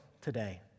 today